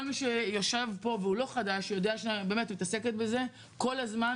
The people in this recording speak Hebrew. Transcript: מי שיושב פה והוא לא חדש יודע שאני באמת מתעסקת בזה כל הזמן,